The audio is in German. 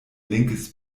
linkes